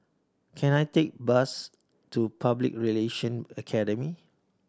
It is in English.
can I take a bus to Public Relation Academy